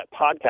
podcast